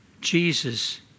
Jesus